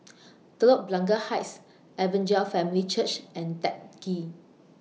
Telok Blangah Heights Evangel Family Church and Teck Ghee